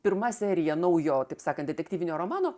pirma serija naujo taip sakant detektyvinio romano